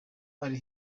ari